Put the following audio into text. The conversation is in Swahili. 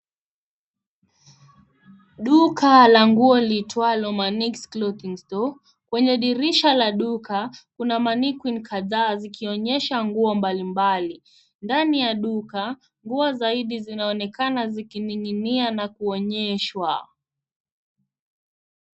Duka la nguo liitwalo Manix clothing store . Kwenye disrisha la duka, kuna manikwin kadhaa zikonyesha nguo mbalimbali. Ndani ya duka nguo zaidi zinaonekana zikining'inika na kuonyeshwa.